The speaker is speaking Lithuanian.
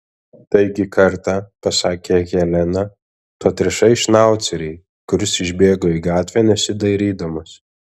taigi kartą pasakė helena tu atrišai šnaucerį kuris išbėgo į gatvę nesidairydamas